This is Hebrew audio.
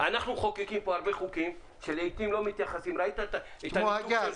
אנחנו מחוקקים פה הרבה חוקים שלעיתים לא מתייחסים -- כמו הגז.